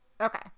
okay